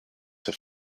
have